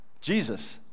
Jesus